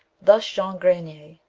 thus jean grenier,